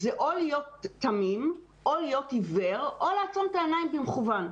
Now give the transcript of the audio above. זה או להיות תמים או להיות עיוור או לעצום את העיניים במכוון.